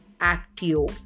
actio